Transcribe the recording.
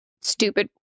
stupid